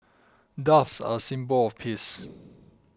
doves are a symbol of peace